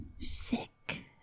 sick